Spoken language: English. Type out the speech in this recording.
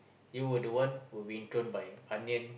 you were the one were being thrown by onion